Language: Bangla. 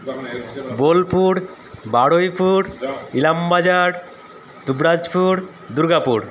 বোলপুর বারুইপুর ইলামবাজার দুুবরাজপুর দুর্গাপুর